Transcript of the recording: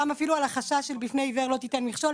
ואפילו גם על החשש של בפני עיוור לא תיתן מכשול.